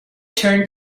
turned